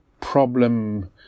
problem